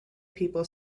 people